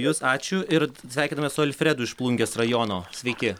jus ačiū ir sveikinamės su alfredu iš plungės rajono sveiki